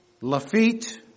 Lafitte